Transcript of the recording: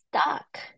stuck